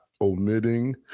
omitting